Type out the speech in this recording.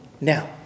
now